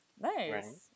Nice